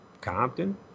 Compton